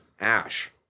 Ash